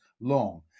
long